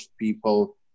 people